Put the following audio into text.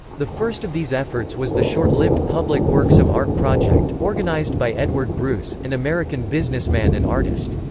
the first of these efforts was the short-lived public works of art project, organized by edward bruce, an american businessman and artist.